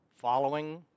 following